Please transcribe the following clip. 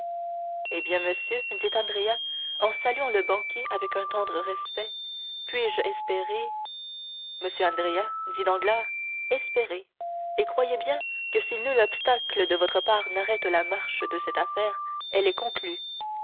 eh bien monsieur dit andrea en saluant le banquier avec un tendre respect puis-je espérer monsieur andrea dit danglars espérez et croyez bien que si nul obstacle de votre part n'arrête la marche de cette affaire elle est conclue